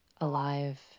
alive